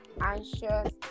anxious